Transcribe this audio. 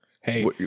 Hey